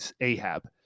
ahab